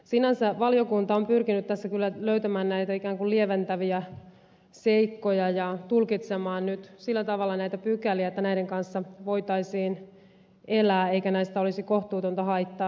sinänsä valiokunta on pyrkinyt tässä kyllä löytämään näitä ikään kuin lieventäviä seikkoja ja tulkitsemaan nyt sillä tavalla näitä pykäliä että näiden kanssa voitaisiin elää eikä näistä olisi kohtuutonta haittaa